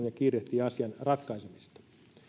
ja kiirehtii asian ratkaisemista